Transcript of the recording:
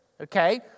Okay